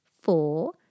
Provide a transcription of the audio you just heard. four